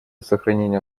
сохранения